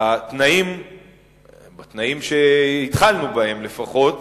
בתנאים שהתחלנו בהם, לפחות